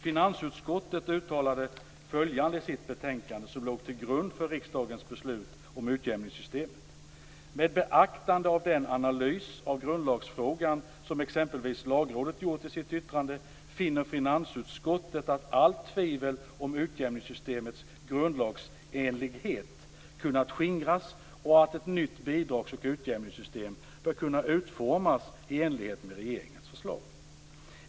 Finansutskottet uttalade följande i sitt betänkande, som låg till grund för riksdagens beslut om utjämningssystemet: "Med beaktande av den analys av grundlagsfrågan som exempelvis Lagrådet gjort i sitt yttrande finner finansutskottet att allt tvivel om utjämningssystemets grundlagsenlighet kunnat skingras och att ett nytt bidrags och utjämningssystem bör kunna utformas i enlighet med regeringens förslag."